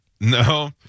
No